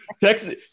texas